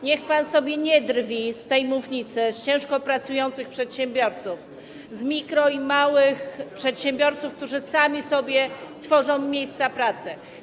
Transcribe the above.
Niech pan sobie nie drwi z tej mównicy z ciężko pracujących przedsiębiorców, z mikro- i małych przedsiębiorców, którzy sami sobie tworzą miejsca pracy.